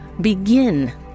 begin